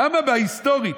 למה היסטורית?